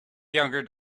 younger